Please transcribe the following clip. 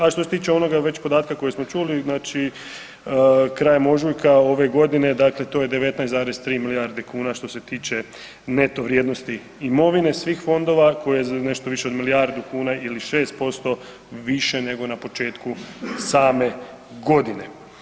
A što se tiče onoga već podatka koji smo čuli, znači krajem ožujka ove godine, dakle to je 19,3 milijarde kuna što se tiče neto vrijednosti imovine svih fondova koji je nešto više od milijardu kuna ili 6% više nego na početku same godine.